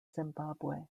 zimbabwe